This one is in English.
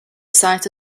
site